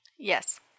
Yes